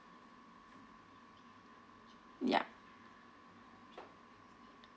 yup